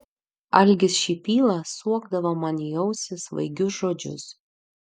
algis šipyla suokdavo man į ausį svaigius žodžius